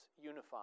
unified